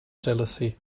jealousy